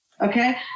okay